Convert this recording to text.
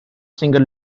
singer